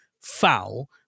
foul